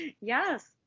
Yes